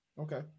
Okay